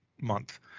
month